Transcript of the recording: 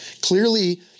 Clearly